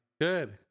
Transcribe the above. Good